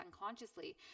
unconsciously